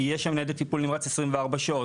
תהיה שם ניידת טיפול נמרץ 24 שעות.